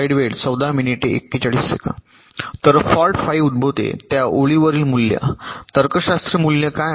तर फाल्ट फाई उद्भवते त्या ओळीवरील मूल्य तर्कशास्त्र मूल्य काय असेल